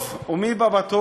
טוב, ומי הבא בתור?